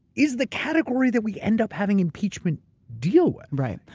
is the category that we end up having impeachment deal with. right.